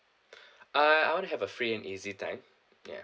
uh I want to have a free and easy time ya